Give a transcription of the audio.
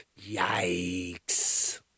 yikes